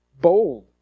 bold